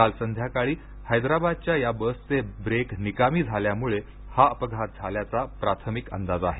काल संध्याकाळी हैदराबादच्या या बसचे ब्रेक निकामी झाल्यामुळे हा अपघात झाल्याचा अंदाज आहे